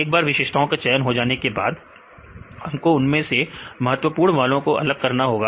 एक बार विशेषताओं के चयन हो जाने के बाद हमको उनमें से महत्वपूर्ण वालों को अलग करना होगा